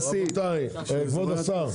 טוב, רבותיי, כבוד השר.